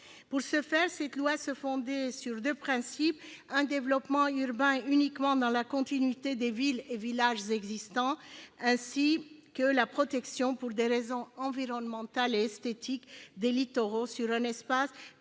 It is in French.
À cet effet, cette loi se fondait sur deux principes : un développement urbain uniquement dans la continuité des villes et villages existants et la protection, pour des raisons environnementales et esthétiques, des littoraux sur un espace